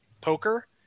poker